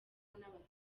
n’abaturage